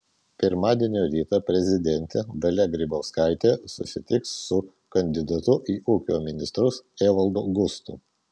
pirmadienio rytą prezidentė dalia grybauskaitė susitiks su kandidatu į ūkio ministrus evaldu gustu